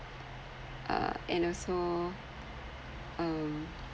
uh and also um